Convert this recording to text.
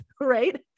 right